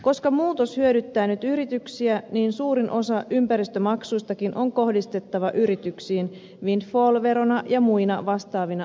koska muutos hyödyttää nyt yrityksiä niin suurin osa ympäristömaksuistakin on kohdistettava yrityksiin windfall verona ja muina vastaavina maksuina